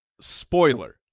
spoiler